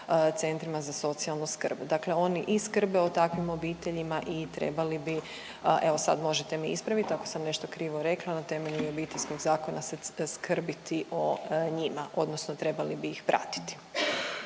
centrima za socijalnu skrb. Dakle oni i skrbe o takvim obiteljima i trebali bi, evo, sad možete me ispraviti, ako sam nešto krivo rekla, na temelju i Obiteljskog zakona se skrbiti o njima, odnosno trebali bi ih pratiti.